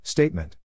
Statement